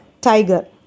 tiger